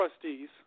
trustees